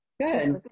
Good